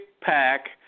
pack